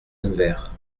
nevers